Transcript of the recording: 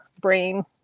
brain